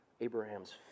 Abraham's